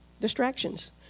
distractions